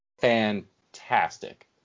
fantastic